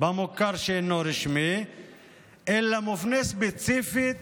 במוכר שאינו רשמי אלא מופנה ספציפית